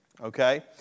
okay